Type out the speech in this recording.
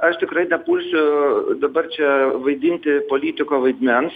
aš tikrai nepulsiu dabar čia vaidinti politiko vaidmens